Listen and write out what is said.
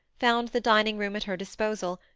found the dining-room at her disposal,